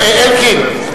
אלקין,